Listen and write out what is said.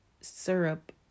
syrup